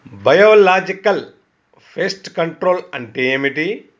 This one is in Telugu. బయోలాజికల్ ఫెస్ట్ కంట్రోల్ అంటే ఏమిటి?